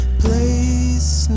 place